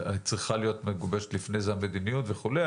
שצריכה להיות מגובשת לפני זה המדיניות וכולי,